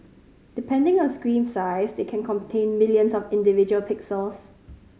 depending on screen size they can contain millions of individual pixels